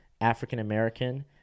African-American